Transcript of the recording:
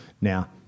Now